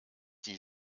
die